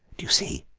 you see,